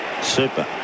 Super